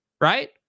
Right